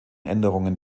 änderungen